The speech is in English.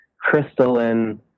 crystalline